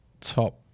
top